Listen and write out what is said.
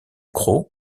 cros